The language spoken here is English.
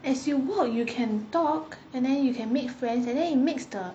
as you walk you can talk and then you can make friends and then it makes the